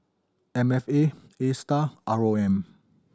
M F A Astar R O M